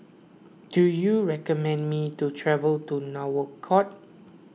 do you recommend me to travel to Nouakchott